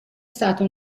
stata